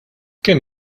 kemm